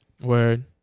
word